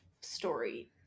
story